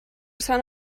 sant